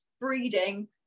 breeding